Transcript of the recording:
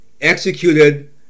executed